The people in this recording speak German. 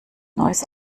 neuss